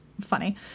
funny